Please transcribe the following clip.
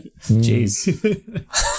Jeez